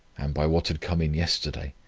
and by what had come in yesterday,